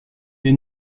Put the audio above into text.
des